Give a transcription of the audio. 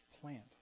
plant